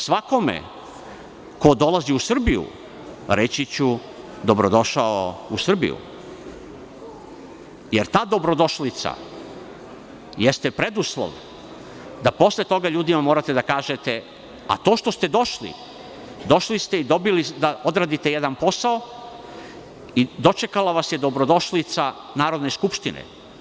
Svakome ko dolazi u Srbiju reći ću – dobrodošao u Srbiju, jer ta dobrodošlica jeste preduslov da posle toga ljudima morate da kažete – a to što ste došli, došli ste da odradite jedan posao i dočekala vas je dobrodošlica Narodne skupštine.